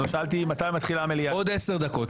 אבל עדיין אין מישהו שמפקח ובודק האם ההליך הרפואי